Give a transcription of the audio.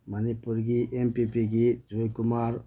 ꯃꯅꯤꯄꯨꯔꯒꯤ M P ꯄꯤꯒꯤ ꯖꯣꯏ ꯀꯨꯃꯥꯔ